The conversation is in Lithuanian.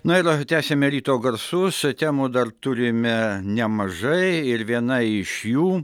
na ir tęsiame ryto garsus temų dar turime nemažai ir viena iš jų